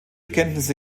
kenntnisse